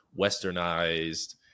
Westernized